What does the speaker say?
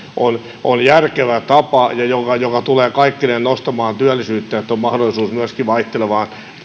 on on järkevä tapa joka tulee kaikkineen nostamaan työllisyyttä että on mahdollisuus myöskin vaihtelevan